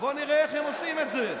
בואו נראה איך הם עושים את זה.